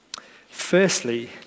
Firstly